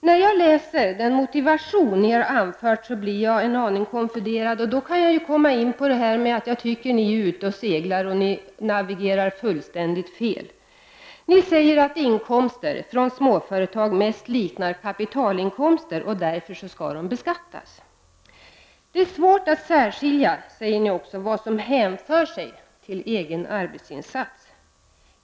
När jag läste den motivering ni har anfört blir jag en aning konfunderad. Jag tycker att ni är ute och seglar och navigerar fullständigt fel. Ni säger att inkomster från småföretag mest liknar kapitalinkomster, och därför skall dessa beskattas. Det är svårt att särskilja, säger ni också, vad som hänför sig till egen arbetsinsats.